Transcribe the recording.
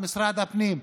למשרד הפנים,